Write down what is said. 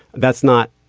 that's not